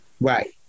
Right